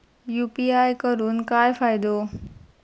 UPI करून काय फायदो?